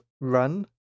run